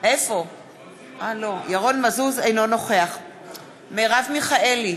מרב מיכאלי,